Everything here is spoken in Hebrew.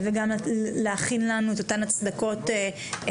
וגם להכין לנו את אותן הצדקות רפואיות.